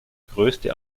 größte